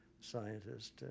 scientist